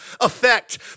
effect